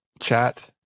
Chat